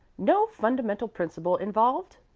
no fundamental principle involved?